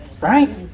Right